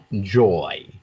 joy